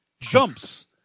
jumps